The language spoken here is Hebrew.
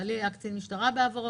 בעלי היה קצין משטרה בעברו,